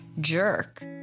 jerk